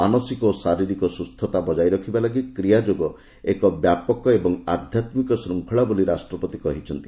ମାନସିକ ଓ ଶାରିରୀକ ସୁସ୍ଥତା ବଜାୟ ରଖିବା ଲାଗି କ୍ରିୟା ଯୋଗ ଏକ ବ୍ୟାପକ ଏବଂ ଆଧ୍ୟାତ୍ମିକ ଶୃଙ୍ଖଳା ବୋଲି ରାଷ୍ଟ୍ରପତି କହିଛନ୍ତି